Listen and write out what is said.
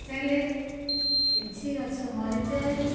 ଚାଲେ କିଛି ଗଛ ମରିଯାଏ